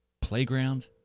Playground